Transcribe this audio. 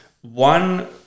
One